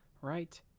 right